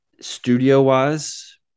Studio-wise